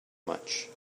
much